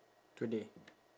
today